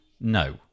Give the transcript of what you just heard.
No